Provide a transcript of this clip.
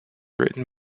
written